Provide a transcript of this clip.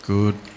Good